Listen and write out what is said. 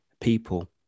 people